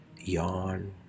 yawn